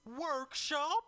workshop